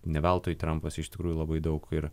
ne veltui trampas iš tikrųjų labai daug ir